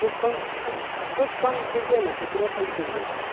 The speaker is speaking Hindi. कुछ कम कुछ कम कीजिए ना कितना कम कीजिएगा